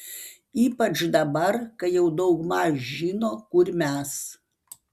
ypač dabar kai jau daugmaž žino kur mes